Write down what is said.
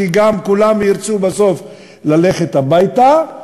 כי כולם ירצו בסוף ללכת הביתה,